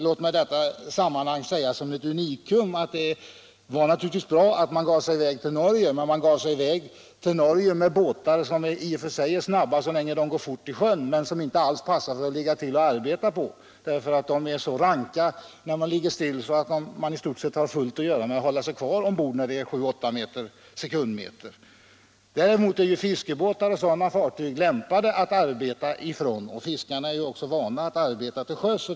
Låt mig i detta sammanhang säga som ett unikum att det naturligtvis var bra att man gav sig i väg till Norge. Man gav sig i väg med båtar som i och för sig är stabila så länge de går fort i sjö men som inte alls passar för att arbeta på därför att de är så ranka att man när de ligger stilla i stort sett har fullt att göra med att hålla sig kvar ombord om det blåser 7-8 sekundmeter. Däremot är ju fiskebåtar och liknande fartyg lämpade att arbeta från, och fiskarna är också vana att arbeta till sjöss.